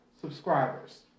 subscribers